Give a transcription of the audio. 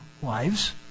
Wives